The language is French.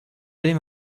allez